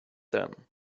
them